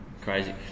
Crazy